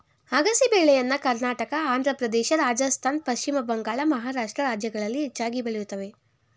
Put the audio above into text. ಅಗಸೆ ಬೆಳೆಯನ್ನ ಕರ್ನಾಟಕ, ಆಂಧ್ರಪ್ರದೇಶ, ರಾಜಸ್ಥಾನ್, ಪಶ್ಚಿಮ ಬಂಗಾಳ, ಮಹಾರಾಷ್ಟ್ರ ರಾಜ್ಯಗಳು ಹೆಚ್ಚಾಗಿ ಬೆಳೆಯುತ್ತವೆ